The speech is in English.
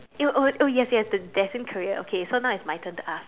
eh oh oh yes yes the destined career okay so now is my turn to ask